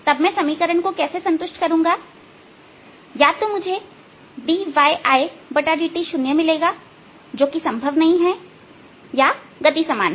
तब मैं समीकरण को कैसे संतुष्ट करूंगा या तो मुझे dyTdt शून्य मिलेगा जो कि संभव नहीं है या गति समान है